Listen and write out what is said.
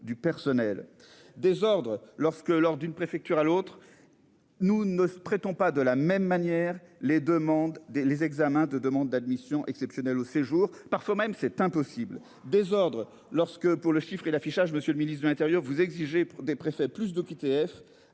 du personnel désordre lorsque, lors d'une préfecture à l'autre. Nous ne traitons pas de la même manière les demandes des les examens de demande d'admission exceptionnelle au séjour parfois même c'est impossible désordre lorsque pour le chiffre et l'affichage. Monsieur le ministre de l'Intérieur, vous exigez pour des préfets plus d'OQTF,